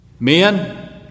Men